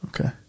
Okay